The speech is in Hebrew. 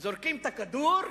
הם זורקים את הכדור,